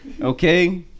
okay